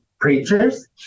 preachers